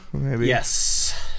Yes